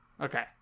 Okay